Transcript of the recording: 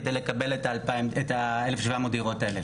כדי לקבל את ה-1700 דירות האלה?